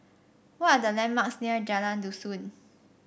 what are the landmarks near Jalan Dusun